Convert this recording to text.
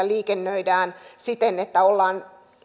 liikennöidään siten että ollaan